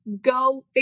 Go